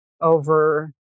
over